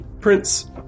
Prince